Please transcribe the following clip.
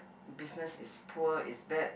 business is poor is bad